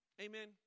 Amen